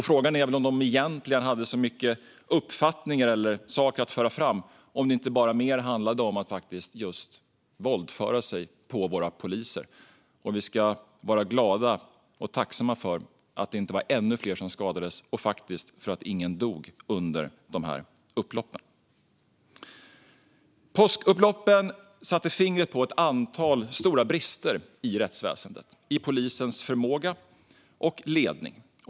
Frågan är väl om de egentligen hade så mycket uppfattningar eller saker att föra fram och om det inte handlade mer om att just våldföra sig på våra poliser. Vi ska vara glada och tacksamma för att det inte var ännu fler som skadades och faktiskt för att ingen dog under upploppen. Påskupploppen satte fingret på ett antal stora brister i rättsväsendet och i polisens förmåga och ledning.